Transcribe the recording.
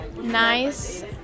nice